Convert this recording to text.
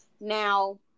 Now